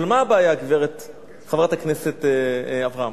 אבל מה הבעיה, חברת הכנסת אברהם?